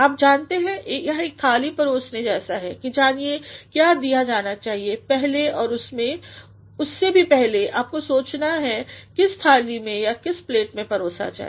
आप जानते हैं यह एक थाली परोसने जैसाहै कि जानिए क्या दिया जाना चाहिए पहले और उससे भी पहले आपको सोचना चाहिएकिस थाली में या किसी प्लेटमें परोसा जाए